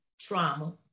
Trauma